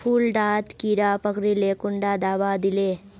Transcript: फुल डात कीड़ा पकरिले कुंडा दाबा दीले?